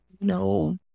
no